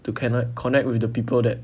to can like connect with the people that